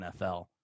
NFL